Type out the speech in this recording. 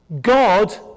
God